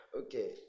Okay